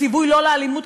הציווי "לא לאלימות,